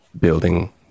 building